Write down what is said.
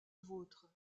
vôtre